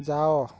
ଯାଅ